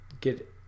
get